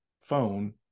phone